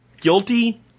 Guilty